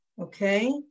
okay